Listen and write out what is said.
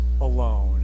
alone